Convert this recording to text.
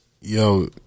Yo